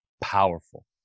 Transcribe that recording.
powerful